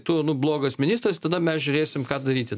tu nu blogas ministras tada mes žiūrėsim ką daryti